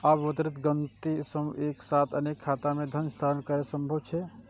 आब त्वरित गति सं एक साथ अनेक खाता मे धन हस्तांतरण संभव छै